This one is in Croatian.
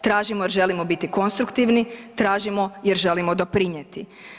Tražimo jer želimo biti konstruktivni, tražimo jer želimo doprinijeti.